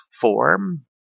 form